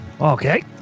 okay